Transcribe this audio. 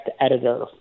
editor